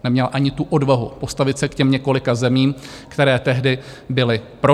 Neměla ani tu odvahu postavit se k těm několika zemím, které tehdy byly proti.